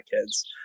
kids